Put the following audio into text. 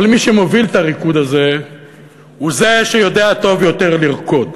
אבל מי שמוביל את הריקוד הזה הוא זה שיודע טוב יותר לרקוד.